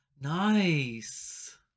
Nice